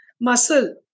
Muscle